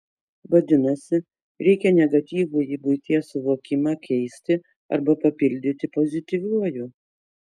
vadinasi reikia negatyvųjį buities suvokimą keisti arba papildyti pozityviuoju